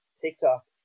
TikTok